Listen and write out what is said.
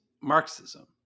Marxism